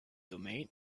domain